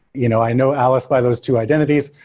you know i know alice by those two identities.